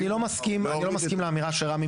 אני לא מסכים לאמירה שרמ"י